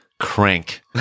crank